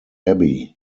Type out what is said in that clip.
abbey